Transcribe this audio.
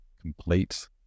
complete